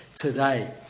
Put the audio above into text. today